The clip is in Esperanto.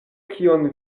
kion